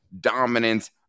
dominance